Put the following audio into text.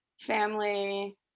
family